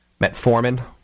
Metformin